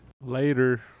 Later